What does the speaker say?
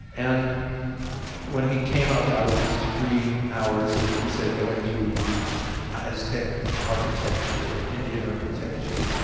and when he came up out of his three hours of he said going through aztec architecture, and indian architecture,